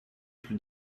plus